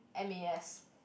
M_A_S